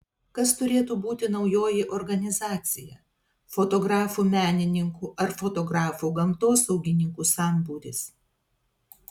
kas turėtų būti naujoji organizacija fotografų menininkų ar fotografų gamtosaugininkų sambūris